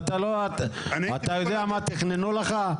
אתה יודע מה תכננו לך?